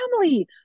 family